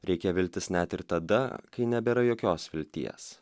reikia viltis net ir tada kai nebėra jokios vilties